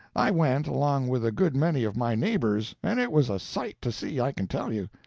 i went, along with a good many of my neighbors, and it was a sight to see, i can tell you.